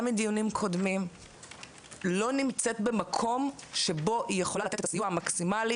מדיונים קודמים לא נמצאת במקום שבו היא יכולה לתת את הסיוע המקסימלי